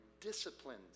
disciplines